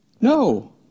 No